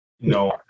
No